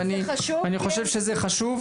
ואני חושב שזה חשוב,